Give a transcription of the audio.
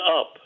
up